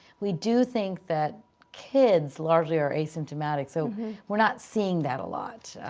we do think that kids largely are asymptomatic. so we're not seeing that a lot,